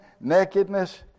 nakedness